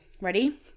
Ready